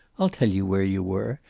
i'll tell you where you were.